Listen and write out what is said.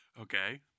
Okay